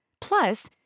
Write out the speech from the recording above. Plus